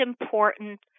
important